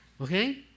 Okay